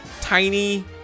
tiny